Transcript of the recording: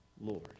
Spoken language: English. Lord